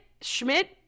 Schmidt